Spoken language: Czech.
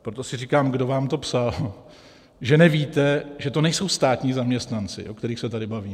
Proto si říkám, kdo vám to psal, že nevíte, že to nejsou státní zaměstnanci, o kterých se tady bavíme.